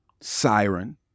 siren